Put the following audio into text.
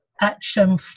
action